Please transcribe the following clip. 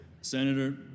Senator